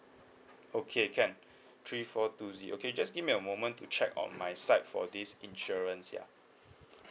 okay can three four two zero okay just give me a moment to check on my side for this insurance yeah